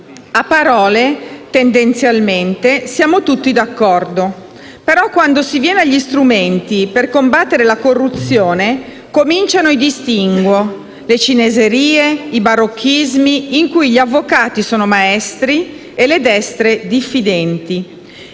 A parole, tendenzialmente, siamo d'accordo tutti. Però, quando, si viene agli strumenti per combattere la corruzione cominciano i distinguo, le cineserie, i barocchismi, in cui gli avvocati sono maestri e le destre diffidenti.